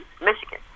Michigan